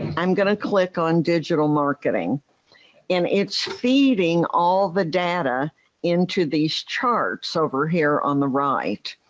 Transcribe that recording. i'm going to click on digital marketing and it's feeding all the data into these charts over here on the right,